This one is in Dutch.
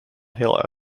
heel